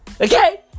Okay